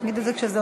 סעיף 1 נתקבל.